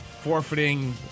forfeiting